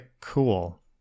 cool